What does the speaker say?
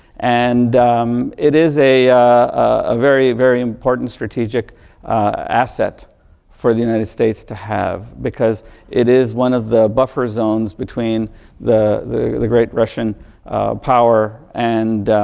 and it is a ah very, very important strategic asset for the united states to have because it is one of the buffer zones between the the great russian power and